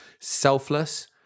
selfless